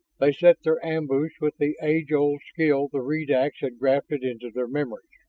they set their ambush with the age-old skill the redax had grafted into their memories.